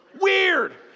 Weird